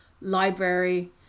library